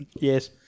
Yes